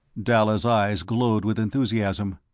dalla's eyes glowed with enthusiasm.